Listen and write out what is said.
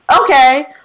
Okay